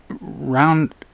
round